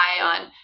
on